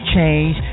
change